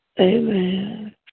Amen